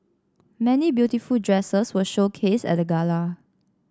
many beautiful dresses were showcased at the gala